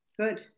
good